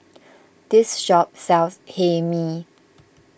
this shop sells Hae Mee